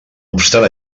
obstant